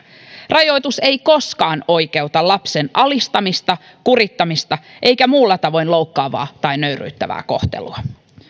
rajoitus ei koskaan oikeuta lapsen alistamista kurittamista eikä muulla tavoin loukkaavaa tai nöyryyttävää kohtelua